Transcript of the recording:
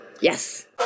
Yes